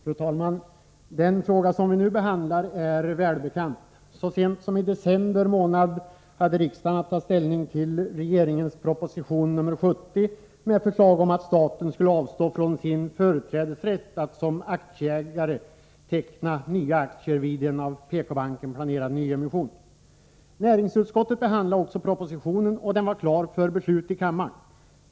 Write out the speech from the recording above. Fru talman! Den fråga som vi nu behandlar är välbekant. Så sent som i december månad hade riksdagen att ta ställning till regeringens proposition nr 70 med förslag om att staten skulle avstå sin företrädesrätt att såsom aktieägare teckna nya aktier vid en av PK-banken planerad nyemission. Näringsutskottet behandlade också propositionen, och den var klar för beslut i kammaren.